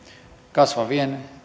kasvavien